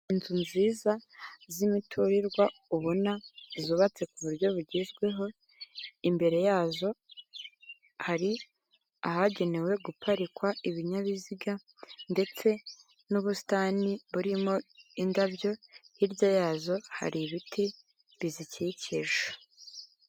Inzu nziza z'imiturirwa, ubona zubatse ku buryo bugezweho. Imbere yazo hari ahagenewe guparikwa ibinyabiziga, ndetse n'ubusitani burimo indabyo, hirya yazo hari ibiti bizikikije.